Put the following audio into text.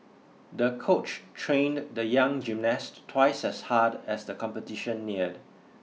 the coach trained the young gymnast twice as hard as the competition neared